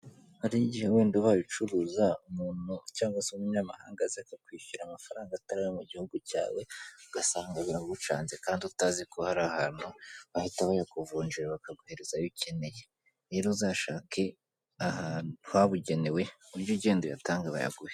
Hari igihe wenda ubaye uruza umuntu cyangwa se umunyamahanga aza akakwishyura amafaranga atari ayo mu gihugu cyawe ugasanga biragucanze kandi utazi ko hari ahantu bahita bayakuvunjara bakaguhereza ayo ukeneye rero uzashake ahantu habugenewe ugende uyatange bayaguhe.